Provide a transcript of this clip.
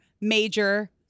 major